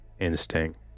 instinct